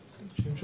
אחרים?